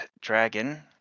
dragon